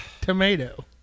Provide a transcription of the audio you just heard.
tomato